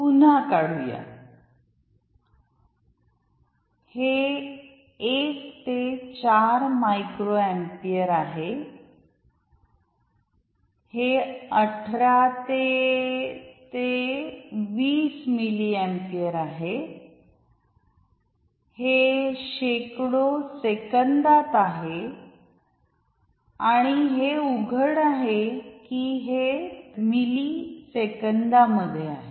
पुन्हा काढु या हे 1 ते 4 मायक्रो एंपियर आहे हे 18 ते ते 20 मिली अम्पियर आहे हे शेकडो सेकंदात आहे आणि हे उघड आहे की हे मिली सेकंदांमध्ये आहे